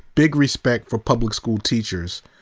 big respect for public school teachers.